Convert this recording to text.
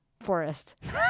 forest